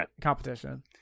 competition